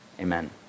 amen